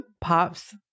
pops